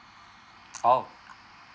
oh